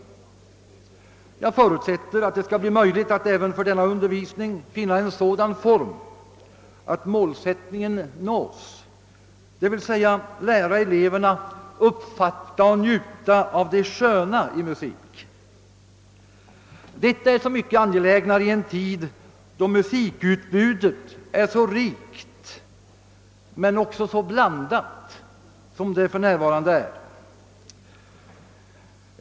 Jag förutsätter att det skall bli möjligt att även för denna under Visning finna en sådan form att målsättningen nås, d.v.s. att eleverna får förmåga att uppfatta och njuta av det sköna i musiken. Detta är så mycket mer angeläget i en tid då musikutbudet ar så rikt men också så blandat som det för närvarande är.